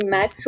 Max